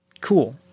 cool